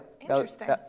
Interesting